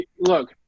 look